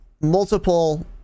multiple